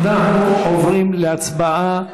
אנחנו עוברים להצבעה,